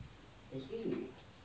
basically we